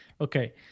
Okay